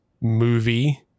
movie